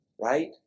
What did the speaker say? right